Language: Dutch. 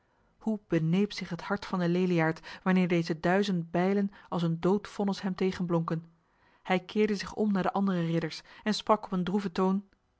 hoe beneep zich het hart van de leliaard wanneer deze duizend bijlen als een doodvonnis hem tegenblonken hij keerde zich om naar de andere ridders en sprak op een droeve toon